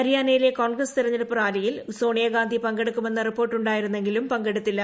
ഹരിയാനയിലെ കോൺഗ്രസ് തിരഞ്ഞെടുപ്പ് റാലിയിൽ സോണിയഗാന്ധി പങ്കെടുക്കുമെന്ന് റിപ്പോർട്ട് ഉണ്ടായിരുന്നെങ്കിലും പങ്കെടുത്തില്ല